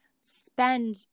spend